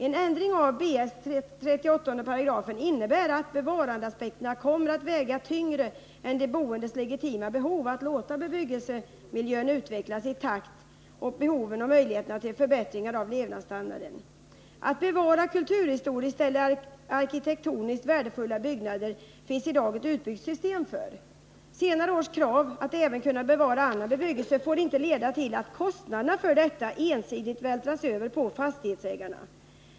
En ändring av 38 § byggnadsstadgan innebär att bevarandeaspekterna kommer att väga tyngre än de boendes legitima behov av att låta bebyggelsemiljön utvecklas i takt med behoven och möjligheterna till förbättringar av levnadsstandarden. Det finns i dag ett utbyggt system för att bevara kulturhistoriskt eller arkitektoniskt värdefulla byggnader. Senare års krav att även kunna bevara annan bebyggelse får inte leda till att kostnaderna för detta ensidigt vältras över på fastighetsägarna.